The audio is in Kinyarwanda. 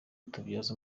tubyaza